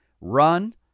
run